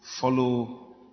follow